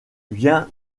vient